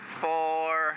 four